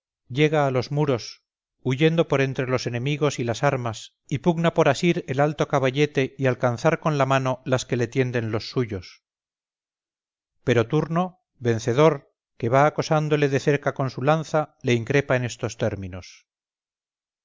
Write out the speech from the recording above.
llega a os muros huyendo por entre los enemigos y las armas y pugna por asir el alto caballete y alcanzar con la mano las que le tienden los suyos pero turno vencedor que va acosándole de cerca con su lanza le increpa en estos términos